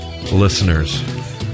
Listeners